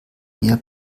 mir